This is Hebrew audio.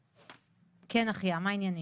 כן אחיה, מה העניינים?